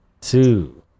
two